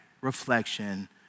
reflection